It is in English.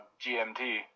GMT